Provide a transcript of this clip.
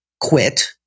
quit